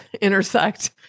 intersect